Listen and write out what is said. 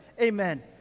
Amen